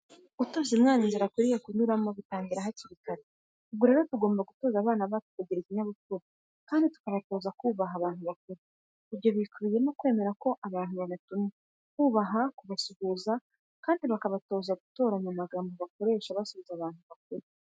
Gutoza umwana inzira akwiriye kunyuramo bitangira hakiri kare. Ubwo rero tugomba gutoza abana bacu kugira ikinyabupfura kandi tukabatoza kubaha abantu bakuru. Ibyo bikubiyemo kwemera ko abantu babatuma, kububaha, kubasuhuza kandi tukabatoza gutoranya amagambo bakoresha basubiza abantu bakuru.